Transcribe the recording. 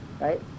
Right